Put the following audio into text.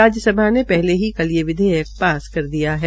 राज्य सभा ने पहले ही कल ये विधेयक पास कर दिया है